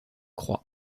croix